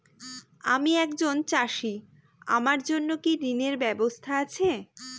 আমি একজন চাষী আমার জন্য কি ঋণের ব্যবস্থা আছে?